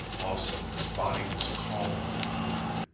also, his body was calling for food.